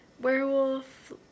werewolf